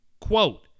Quote